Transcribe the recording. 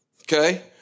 okay